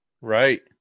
Right